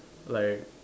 like